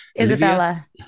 Isabella